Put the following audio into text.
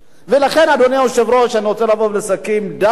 לכן, אדוני היושב-ראש, אני רוצה לבוא ולסכם: אני